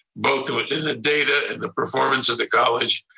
both of it in the data and the performance of the college,